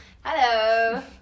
Hello